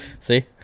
See